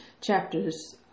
chapters